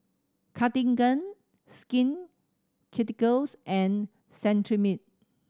Cartigain Skin Ceuticals and Cetrimide